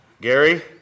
Gary